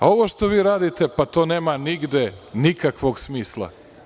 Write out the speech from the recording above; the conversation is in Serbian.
Ovo što vi radite, to nema nigde nikakvog smisla.